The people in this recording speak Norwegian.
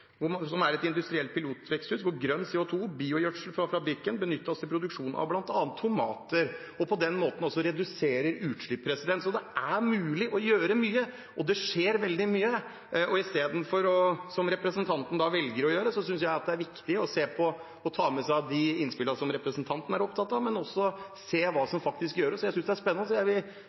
er et industrielt pilotveksthus hvor grønn CO 2 , biogjødsel fra fabrikken, benyttes i produksjonen av bl.a. tomater og på den måten reduserer utslipp. Det er mulig å gjøre mye, og det skjer veldig mye. I stedet for å gjøre det representanten velger å gjøre – jeg synes det er viktig å se på og ta med seg de innspillene representanten er opptatt av – må en se hva som faktisk gjøres. Jeg synes det er spennende. Jeg